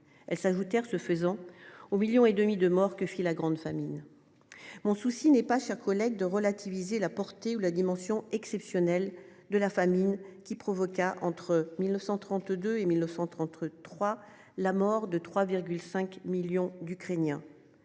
Elle vous taire ce faisant au million et demi de morts que qui la grande famine. Mon souci n'est pas cher collègue de relativiser la portée ou la dimension exceptionnelle de la famine qui provoqua entre 1932 et 1900 tu entre trois la mort de 3 5 millions d'Ukrainiens.